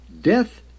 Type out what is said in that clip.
death